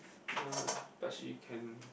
ya but she can